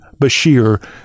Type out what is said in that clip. Bashir